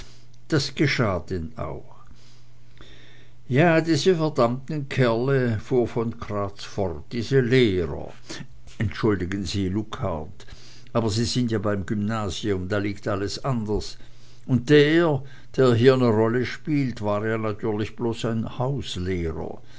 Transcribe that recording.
das geschah denn auch ja diese verdammten kerle fuhr von kraatz fort diese lehrer entschuldigen sie luckhardt aber sie sind ja beim gymnasium da liegt alles anders und der der hier ne rolle spielt war ja natürlich bloß ein